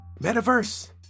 Metaverse